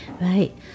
Right